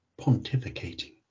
pontificating